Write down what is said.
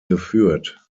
geführt